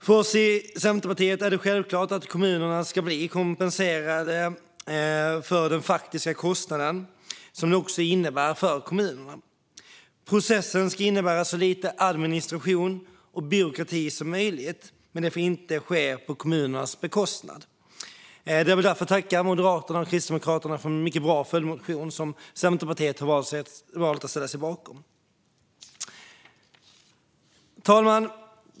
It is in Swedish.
För oss i Centerpartiet är det självklart att kommunerna ska bli kompenserade för den faktiska kostnaden som detta innebär för kommunerna. Processen ska innebära så lite administration och byråkrati som möjligt, men det får inte ske på kommunernas bekostnad. Jag vill därför tacka Moderaterna och Kristdemokraterna för en mycket bra följdmotion, som Centerpartiet har valt att ställa sig bakom. Fru talman!